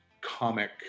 comic